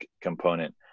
component